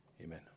Amen